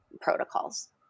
protocols